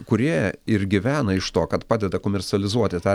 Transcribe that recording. kurie ir gyvena iš to kad padeda komercializuoti tą